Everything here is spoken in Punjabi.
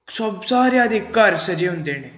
ਸਭ ਸਾਰਿਆਂ ਦੇ ਘਰ ਸਜੇ ਹੁੰਦੇ ਨੇ